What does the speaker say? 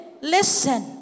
listen